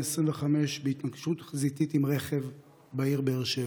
25 בהתנגשות חזיתית עם רכב בעיר באר שבע.